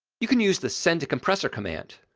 you can use the send to compressor command.